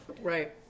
Right